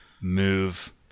move